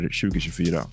2024